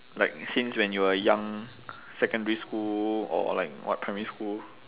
like since when you were young secondary school or like what primary school